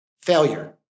Failure